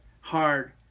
hard